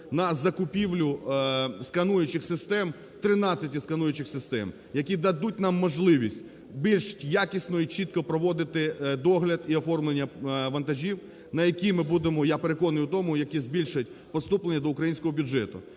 на закупівлю скануючих систем, 13 із скануючих систем, які дадуть нам можливість більш якісно і чітко проводити догляд і оформлення вантажів, на які ми будемо, я переконаний в тому, які збільшать поступлення до українського бюджету.